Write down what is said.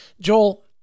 joel